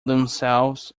themselves